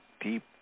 deep